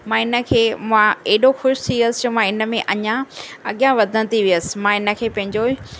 मां हिन खे मां एॾो ख़ुशि थी वियसि जो मां इन में अञा अॻियां वधंदी वियसि मां हिन खे पंहिंजो